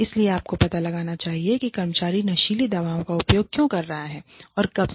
इसलिए आपको पता लगाना चाहिए कि कर्मचारी नशीली दवाओं का उपयोग क्यों कर रहा है और कब से